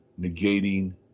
negating